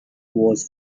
was